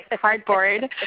cardboard